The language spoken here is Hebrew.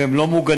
והם לא מוגנים.